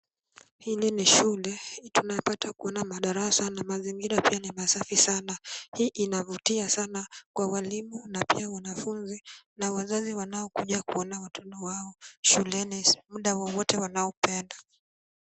Hili ni shule, tunapata kuona madarasa na mazingira pia ni masafi sana. Hii inavutia sana kwa walimu na pia wanafunzi na wazazi wanaokuja kuona watoto wao shuleni muda wowote wanaopenda.